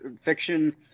Fiction